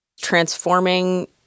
transforming